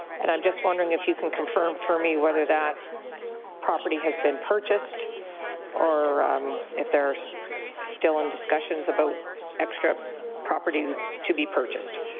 and i'm just wondering if you can confirm for me whether that property has been purchased or if they're still in discussions about extra property to be minister.